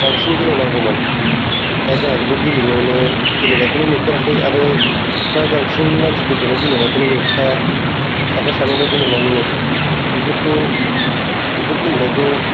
बांसिन गेलेनांगौमोन दा जोंहा बेखौ गेलेनोनो गेलेनायखौनो नुफेराखै आरो फ्राय बांसिन मानसिखौनो गेलेनायखौनो नुखाया साफा सानैल' गेलेनाय नुयो बेफोरखौ बेफोर गेलेनायखौ